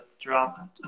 drop